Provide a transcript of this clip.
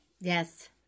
Yes